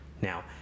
now